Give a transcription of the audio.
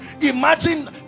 Imagine